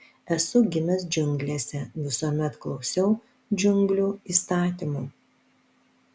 esu gimęs džiunglėse visuomet klausiau džiunglių įstatymų